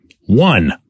One